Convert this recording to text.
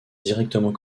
directement